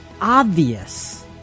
obvious